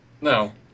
No